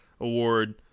award